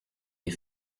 les